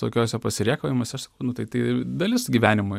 tokiuose pasirėkavimuose aš sakau nu tai dalis gyvenimo